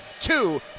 Two